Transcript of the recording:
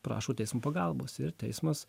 prašo teismo pagalbos ir teismas